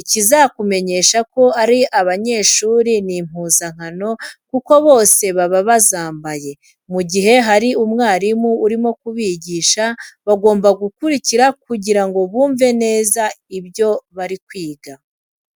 .Ikizakumenyesha ko ari abanyeshuri ni impuzankano kuko bose baba bazambaye. Mu gihe hari umwarimu urimo kubigisha bagomba gukurikira kugira ngo bumve neza ibyo bari kwiga.